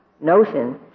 notion